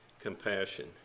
compassion